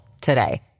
today